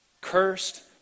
cursed